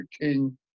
King